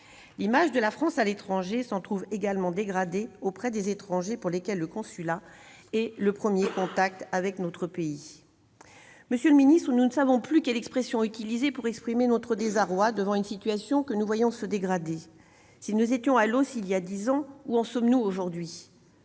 L'image de la France s'en trouve également dégradée auprès des étrangers, pour lesquels le consulat est le premier contact avec notre pays. Monsieur le ministre, nous ne savons plus comment exprimer notre désarroi devant une situation que nous voyons se dégrader. Si nous étions à l'os il y a dix ans, où en sommes-nous aujourd'hui ?